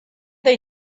they